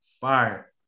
Fire